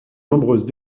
nombreuses